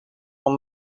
van